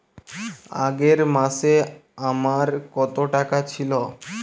আগের মাসে আমার কত টাকা ছিল?